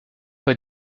bei